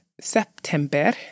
September